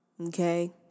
okay